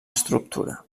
estructura